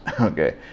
okay